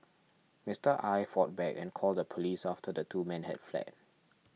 Mister Aye fought back and called the police after the two men had fled